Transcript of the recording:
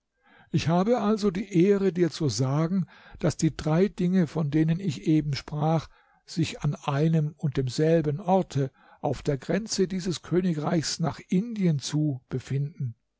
ich habe also die ehre dir zu sagen daß die drei dinge von denen ich eben sprach sich an einem und demselben orte auf der grenze dieses königsreichs nach indien zu befinden